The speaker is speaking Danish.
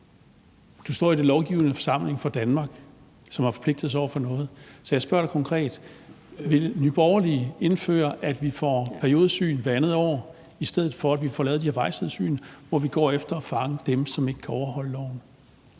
Du står i den lovgivende forsamling for Danmark, som har forpligtet sig over for noget, så jeg spørger dig konkret: Ville Nye Borgerlige indføre, at vi får periodisk syn hvert andet år, i stedet for at vi får lavet de her vejsidesyn, hvor vi går efter at fange dem, som ikke kan overholde loven?